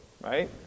right